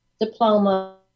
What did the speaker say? diploma